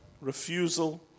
refusal